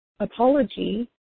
Apology